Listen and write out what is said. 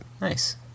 Nice